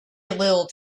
little